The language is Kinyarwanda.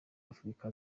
afurika